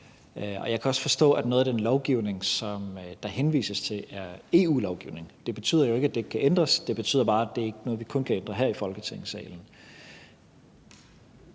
jo. Jeg kan også forstå, at noget af den lovgivning, som der henvises til, er EU-lovgivning. Det betyder jo ikke, at det ikke kan ændres, men det betyder bare, at det ikke er noget, vi kun kan ændre her i Folketingssalen.